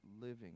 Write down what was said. living